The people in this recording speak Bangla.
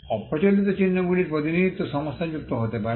অপ্রচলিত চিহ্নগুলির প্রতিনিধিত্ব সমস্যাযুক্ত হতে পারে